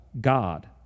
God